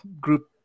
group